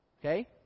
Okay